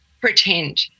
pretend